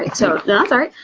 like so that's all right.